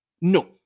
No